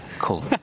cool